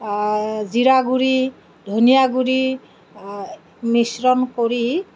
জিৰা গুৰি ধনীয়া গুৰি মিশ্ৰণ কৰি